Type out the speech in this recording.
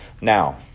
Now